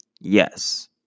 Yes